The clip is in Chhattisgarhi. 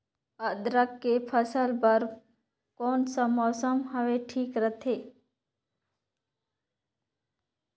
अदरक के फसल बार कोन सा मौसम हवे ठीक रथे?